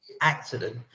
accident